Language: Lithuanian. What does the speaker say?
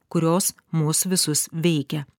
kurios mus visus veikia